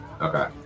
Okay